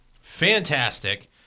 Fantastic